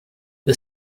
the